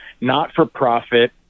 not-for-profit